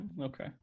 Okay